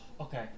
Okay